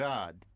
God